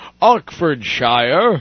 Oxfordshire